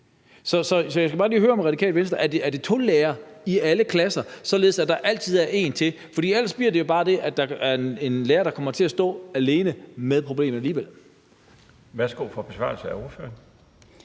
Så jeg skal bare lige høre, om Radikale Venstre mener, at der skal være to lærere i alle klasser, således at der altid er en lærer til. For ellers bliver det jo bare sådan, at der er en lærer, der kommer til at stå alene med et problem alligevel. Kl. 17:50 Den fg.